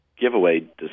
giveaway